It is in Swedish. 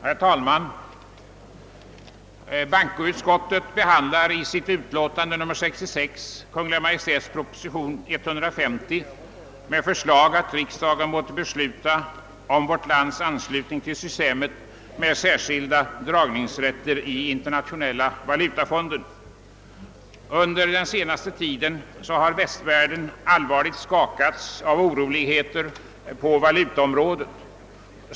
Herr talman! Bankoutskottet behandlar i sitt utlåtande nr 66 Kungl. Maj:ts proposition nr 150 med förslag att riksdagen måtte besluta om vårt lands anslutning till systemet med särskilda dragningsrätter i Internationella valutafonden. Under den senaste tiden har västvärlden allvarligt skakats av oroligheter på valutaområdet.